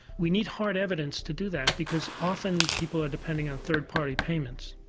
we need hard evidence to do that, because often people are depending on third party payments.